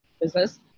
business